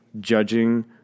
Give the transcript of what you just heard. judging